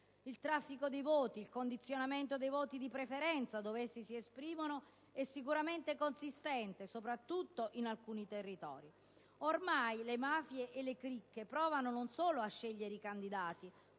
Il traffico dei voti, il condizionamento dei voti di preferenza, dove essi si esprimono, è sicuramente consistente, soprattutto in alcuni territori. Ormai le mafie e le cricche provano non solo a scegliere i candidati